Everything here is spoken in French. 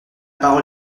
parole